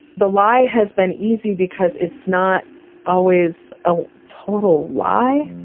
the lie has been easy because it's not always a total lie.